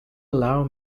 allow